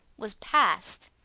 was passed,